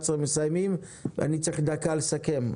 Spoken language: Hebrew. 11:00 מסיימים ואני צריך דקה לסכם.